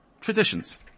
Traditions